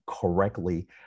correctly